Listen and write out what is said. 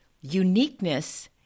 uniqueness